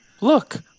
Look